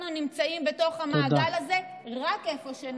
נמצאים בתוך המעגל הזה רק איפה שנוח,